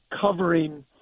covering